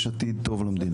יש עתיד טוב למדינה.